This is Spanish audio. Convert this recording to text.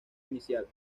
inicial